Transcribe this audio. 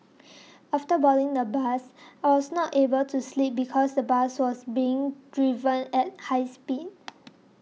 after boarding the bus I was not able to sleep because the bus was being driven at high speed